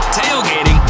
tailgating